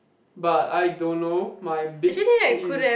but I don't know my bed is